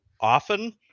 often